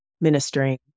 ministering